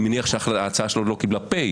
אני מניח שההצעה שלו לא קיבלה פ',